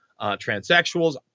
transsexuals